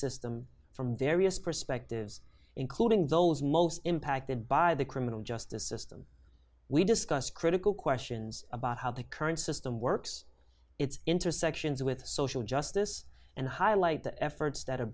system from various perspectives including those most impacted by the criminal justice system we discussed critical questions about how the current system works its intersections with social justice and highlight the efforts that are